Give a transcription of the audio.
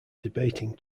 debating